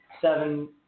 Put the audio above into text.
seven